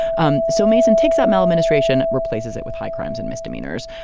um so masn and takes up maladministration, replaces it with high crimes and misdemeanors.